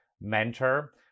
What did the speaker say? mentor